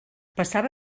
passava